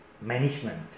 management